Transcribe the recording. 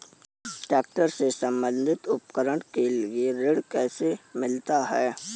Tractor से संबंधित उपकरण के लिए ऋण कैसे मिलता है?